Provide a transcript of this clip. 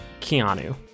Keanu